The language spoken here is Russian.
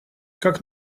как